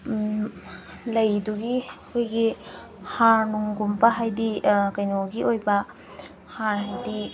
ꯂꯩꯗꯨꯒꯤ ꯑꯩꯈꯣꯏꯒꯤ ꯍꯥꯔꯅꯨꯡꯒꯨꯝꯕ ꯍꯥꯏꯗꯤ ꯀꯩꯅꯣꯒꯤ ꯑꯣꯏꯕ ꯍꯥꯔ ꯍꯥꯏꯗꯤ